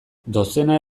dozena